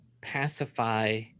pacify